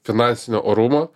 finansinio orumo